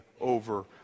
over